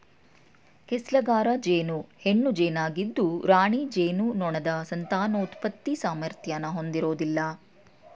ಕೆಲ್ಸಗಾರ ಜೇನು ಹೆಣ್ಣು ಜೇನಾಗಿದ್ದು ರಾಣಿ ಜೇನುನೊಣದ ಸಂತಾನೋತ್ಪತ್ತಿ ಸಾಮರ್ಥ್ಯನ ಹೊಂದಿರೋದಿಲ್ಲ